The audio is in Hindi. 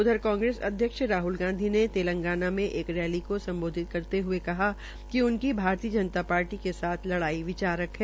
उधर कांग्रेस अध्यक्ष राहल गांधी ने तेलंगाना में एक रैली को सम्बोधित करते ह्ये कहा कि उनकी भारतीय जनता पार्टी के साथ लड़ाई विचारक है